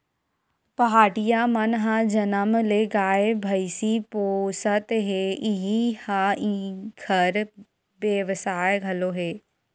पहाटिया मन ह जनम ले गाय, भइसी पोसत हे इही ह इंखर बेवसाय घलो हे